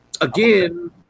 Again